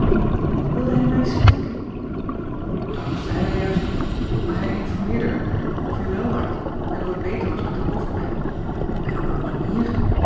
wilde hij mij spreken dat zei hij juist niet maar hij informeerde er naar of u wèl waart en of het beter was met de hoofdijn en op een manier